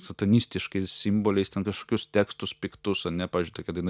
satanistiškais simboliais ten kažkokius tekstus piktus ane pavyzdžiui tokia daina